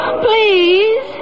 Please